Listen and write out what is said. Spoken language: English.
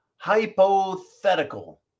hypothetical